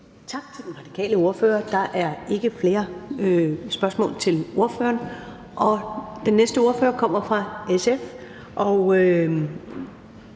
Tak til den radikale ordfører. Der er ikke flere spørgsmål til ordføreren. Den næste ordfører kommer fra SF,